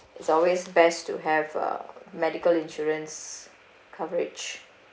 it's always best to have uh medical insurance coverage